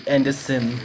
Anderson